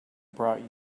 brought